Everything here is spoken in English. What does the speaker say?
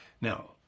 Now